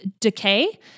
decay